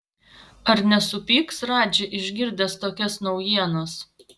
ar nesupyks radži išgirdęs tokias naujienas